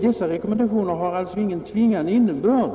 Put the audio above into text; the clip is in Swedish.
Dessa rekommendationer är alltså inte tvingande,